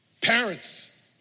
parents